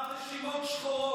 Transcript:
מהרשימות השחורות.